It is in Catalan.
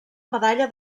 medalla